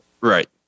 Right